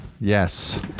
Yes